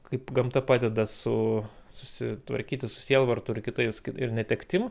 kaip gamta padeda su susitvarkyti su sielvartu ir kitais ir netektim